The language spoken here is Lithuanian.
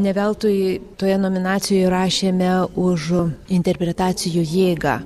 ne veltui toje nominacijoje rašėme už interpretacijų jėgą